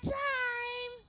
time